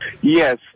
Yes